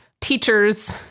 teachers